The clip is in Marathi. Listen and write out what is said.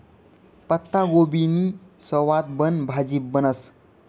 पत्ताकोबीनी सवादबन भाजी बनस